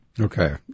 Okay